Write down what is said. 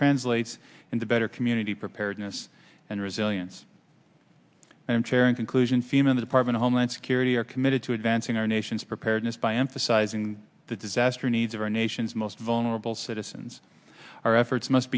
translates into better community preparedness and resilience and sharing conclusion fim in the department of homeland security are committed to advancing our nation's preparedness by emphasizing the disaster needs of our nation's most vulnerable citizens our efforts must